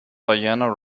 diana